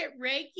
Reiki